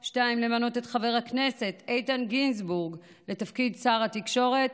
2. למנות את חבר הכנסת איתן גינזבורג לתפקיד שר התקשורת,